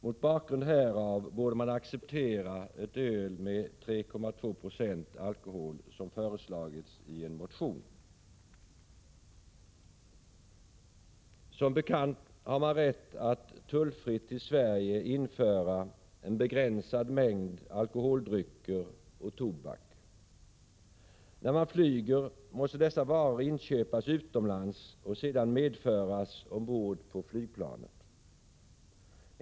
Mot bakgrund härav borde man acceptera ett öl med 3,2 viktprocent alkohol, som föreslagits i en motion. Som bekant har man rätt att tullfritt till Sverige införa en begränsad mängd alkoholdrycker och tobak. När man flyger måste dessa varor inköpas utomlands och sedan medföras ombord på flygplanet.